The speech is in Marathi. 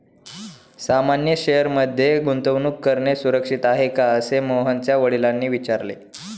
सामान्य शेअर मध्ये गुंतवणूक करणे सुरक्षित आहे का, असे मोहनच्या वडिलांनी विचारले